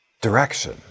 direction